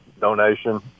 donation